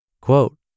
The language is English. Quote